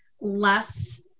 less